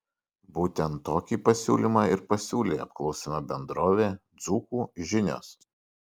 būtent tokį pasiūlymą ir pasiūlė apklausiama bendrovė dzūkų žinios